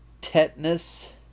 tetanus